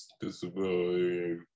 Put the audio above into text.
disability